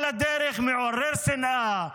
על הדרך מעורר שנאה,